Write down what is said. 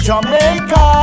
Jamaica